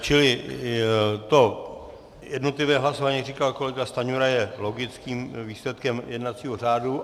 Čili to jednotlivé hlasování, jak říkal kolega Stanjura, je logickým výsledkem jednacího řádu.